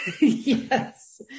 Yes